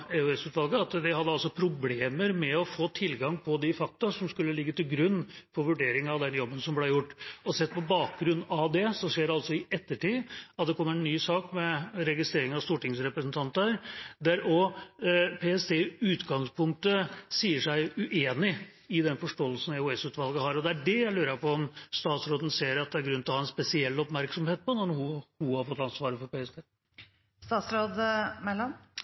at de hadde problemer med å få tilgang til de fakta som skulle ligge til grunn for vurderingen av den jobben som ble gjort. Etter det kommer det altså en ny sak, om registrering av stortingsrepresentanter, der PST i utgangspunktet er uenig i den forståelsen EOS-utvalget har. Det er det jeg lurer på om statsråden ser at det er grunn til å ha en spesiell oppmerksomhet på, nå når hun har fått ansvaret for